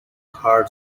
hard